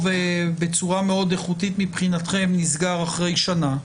בצורה מאוד איכותית מבחינתכם נסגר אחרי שנה,